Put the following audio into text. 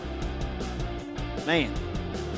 Man